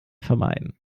vermeiden